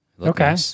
okay